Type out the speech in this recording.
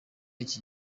iki